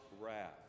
wrath